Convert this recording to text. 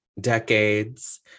decades